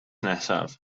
nesaf